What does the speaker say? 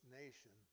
nation